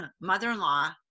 mother-in-law